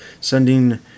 sending